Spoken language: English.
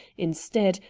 instead,